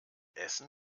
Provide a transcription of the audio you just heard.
essen